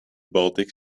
baltic